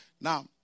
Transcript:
Now